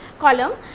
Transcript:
column,